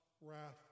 wrath